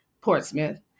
Portsmouth